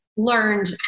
Learned